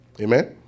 Amen